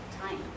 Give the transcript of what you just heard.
time